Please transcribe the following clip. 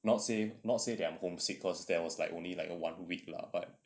not say not say that I'm home sick cause that was like only like a one week lah but